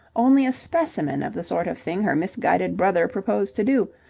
only a specimen of the sort of thing her misguided brother proposed to do,